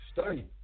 Study